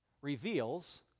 reveals